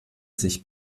sich